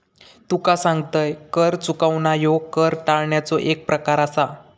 तुका सांगतंय, कर चुकवणा ह्यो कर टाळण्याचो एक प्रकार आसा